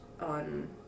on